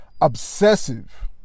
obsessive